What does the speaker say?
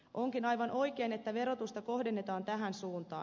onkin aivan oikein että verotusta kohdennetaan tähän suuntaan